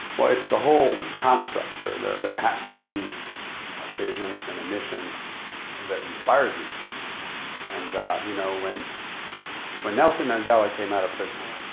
it's the whole construct. there there has to be a vision and a mission that inspires. you and you know, when when nelson mandela came out of prison,